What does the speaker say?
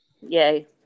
Yay